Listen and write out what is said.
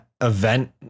event